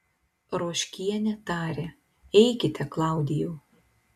ruoškienė tarė eikite klaudijau